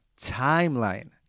timeline